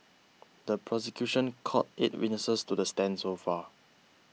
the prosecution called eight witnesses to the stand so far